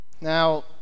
Now